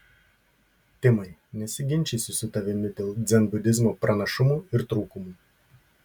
timai nesiginčysiu su tavimi dėl dzenbudizmo pranašumų ir trūkumų